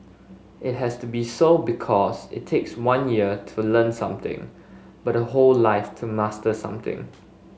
it has to be so because it takes one year to learn something but a whole life to master something